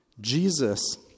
Jesus